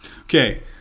Okay